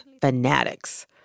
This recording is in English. fanatics